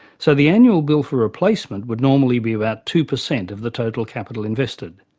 so the annual bill for replacement would normally be about two percent of the total capital invested.